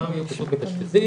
כולם היו פחות מתאשפזים,